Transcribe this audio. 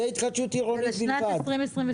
זה התחדשות עירונית בלבד.